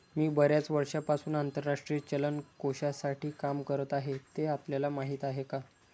मी बर्याच वर्षांपासून आंतरराष्ट्रीय चलन कोशासाठी काम करत आहे, ते आपल्याला माहीत आहे का?